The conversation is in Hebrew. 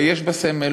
יש בה סמל.